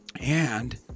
And-